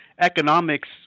economics